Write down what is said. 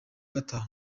gatanu